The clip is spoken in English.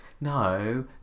No